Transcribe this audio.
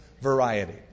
variety